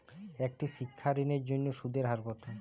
একটি শিক্ষা ঋণের জন্য সুদের হার কত?